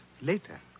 later